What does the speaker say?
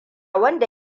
wanda